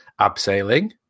abseiling